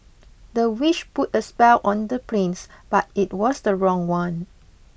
the witch put a spell on the prince but it was the wrong one